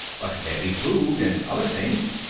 but there'd be food and other things.